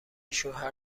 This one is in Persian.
شوهر